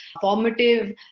formative